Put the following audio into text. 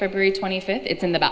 february twenty fifth it's in the